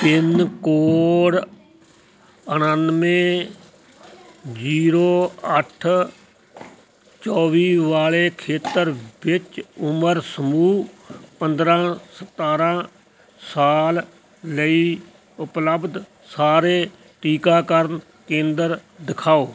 pin code ਉਣਾਨਵੇਂ zero ਅੱਠ ਚੌਵੀ ਵਾਲੇ ਖੇਤਰ ਵਿੱਚ ਉਮਰ ਸਮੂਹ ਪੰਦਰਾਂ ਸਤਾਰਾਂ ਸਾਲ ਲਈ ਉਪਲਬਧ ਸਾਰੇ ਟੀਕਾਕਰਨ ਕੇਂਦਰ ਦਿਖਾਓ